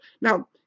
Now